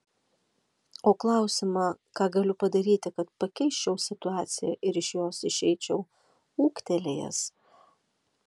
o klausimą ką galiu padaryti kad pakeisčiau situaciją ir iš jos išeičiau ūgtelėjęs